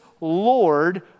Lord